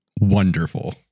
wonderful